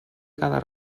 cada